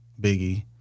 Biggie